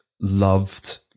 loved